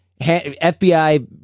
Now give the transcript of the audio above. FBI